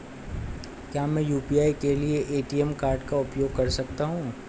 क्या मैं यू.पी.आई के लिए ए.टी.एम कार्ड का उपयोग कर सकता हूँ?